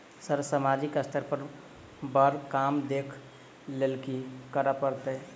Sir सामाजिक स्तर पर बर काम देख लैलकी करऽ परतै?